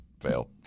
fail